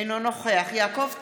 אינו נוכח יעקב טסלר,